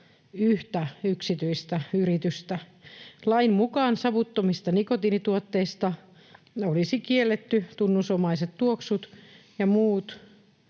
yhtä yksityistä yritystä. Lain mukaan savuttomista nikotiinituotteista olisi kielletty tunnusomaiset tuoksut ja maut